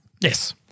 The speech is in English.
Yes